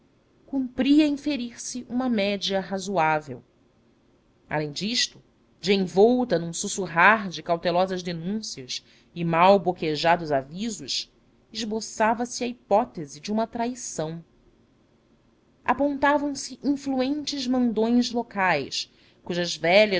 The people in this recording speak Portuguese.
mil cumpria inferir se uma média razoável além disto de envolta num sussurrar de cautelosas denúncias e mal boquejados avisos esboçava se a hipótese de uma traição apontavam se influentes mandões locais cujas